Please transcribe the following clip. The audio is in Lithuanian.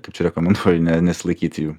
kaip čia rekomenduoju ne nesilaikyti jų